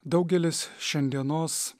daugelis šiandienos